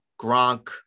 Gronk